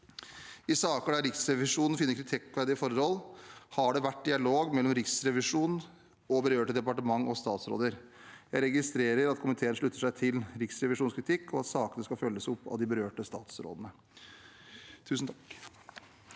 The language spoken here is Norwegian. I saker der Riksrevisjonen finner kritikkverdige forhold, har det vært dialog mellom Riksrevisjonen og de berørte departementer og statsråder. Jeg registrerer at komiteen slutter seg til Riksrevisjonens kritikk, og at sakene skal følges opp av de berørte statsrådene. Presidenten